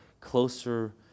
closer